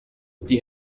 die